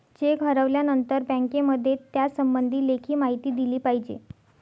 check हरवल्यानंतर बँकेमध्ये त्यासंबंधी लेखी माहिती दिली पाहिजे